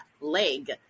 leg